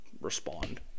respond